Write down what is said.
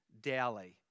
daily